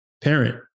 parent